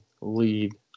lead